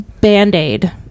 Band-Aid